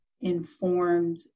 informed